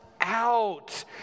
out